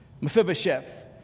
Mephibosheth